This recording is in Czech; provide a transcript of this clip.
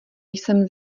jsem